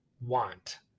want